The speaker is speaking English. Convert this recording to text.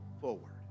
forward